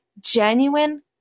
genuine